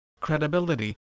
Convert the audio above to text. credibility